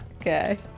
Okay